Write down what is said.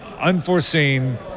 unforeseen